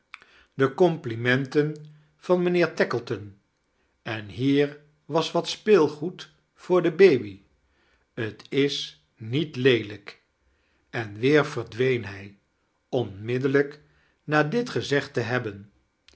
de complimenten van mijnheer tackletbn en hie wab wat speelgoed voor de baby t is niet leelijk en weeir verdweein hij anmiddellijk na dit gezegd te hebben